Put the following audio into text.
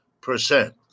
percent